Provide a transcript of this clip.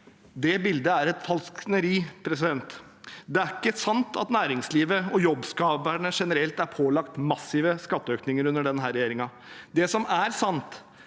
Det bildet er et falskneri. Det er ikke sant at næringslivet og jobbskaperne generelt er pålagt massive skatteøkninger under denne regjeringen. Det som er sant,